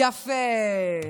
יפה.